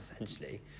essentially